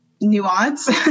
nuance